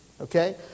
Okay